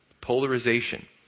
Polarization